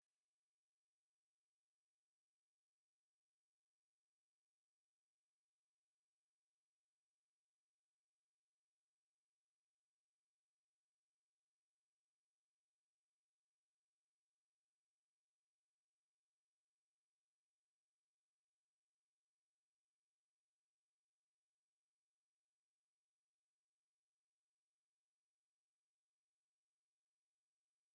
Abana bari mu kibuga cy’imikino, bari gukina bishimye, bifashisha ibikoresho byagenewe gukinishwa n’abana bato. Hari abana babiri bari ku ngare, barimo kuzenguruka bishimye. Undi mwana ahagaze hafi, ashobora kuba ategereje ko bagenzi be barangiza gukina. Bose bambaye imyenda isanzwe y’abana, yerekana ko bafite umutekano n’ibyishimo.